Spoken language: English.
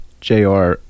JR